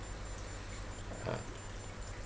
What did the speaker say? uh